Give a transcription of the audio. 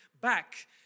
back